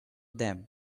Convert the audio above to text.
them